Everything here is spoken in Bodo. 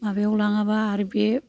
माबायाव लाङाबा आरो बे